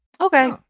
Okay